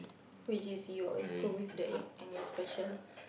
which is you always cook with the egg and your special